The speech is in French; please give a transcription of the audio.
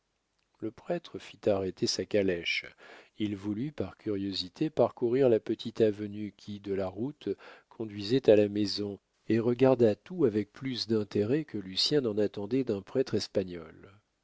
le prêtre fit arrêter sa calèche il voulut par curiosité parcourir la petite avenue qui de la route conduisait à la maison et regarda tout avec plus d'intérêt que lucien n'en attendait d'un prêtre espagnol